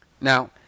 Now